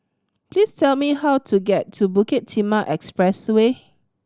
please tell me how to get to Bukit Timah Expressway